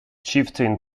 chieftain